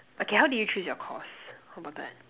okay how did you choose your course how about that